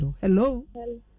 Hello